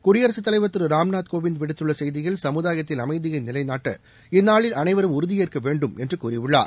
குடியரசுத் தலைவர் திரு ராம்நாத் கோவிந்த் விடுத்துள்ள செய்தியில் சமுதாயத்தில் அமைதியை நிலைநாட்ட இந்நாளில் அனைவரும் உறுதியேற்க வேண்டும் என்று கூறியுள்ளார்